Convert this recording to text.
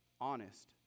honest